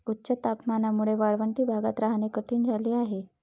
उच्च तापमानामुळे वाळवंटी भागात राहणे कठीण झाले आहे